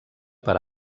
per